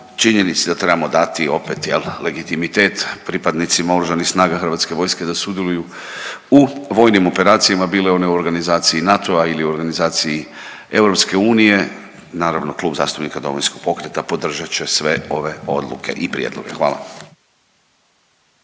činjenici da trebamo dati opet jel legitimitet pripadnicima oružanih snaga HV-a da sudjeluju u vojnim operacijama bile one u organizaciji NATO-a ili u organizaciji EU naravno Klub zastupnika Domovinskog pokreta podržat će sve ove odluke i prijedloge. Hvala.